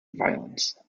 violence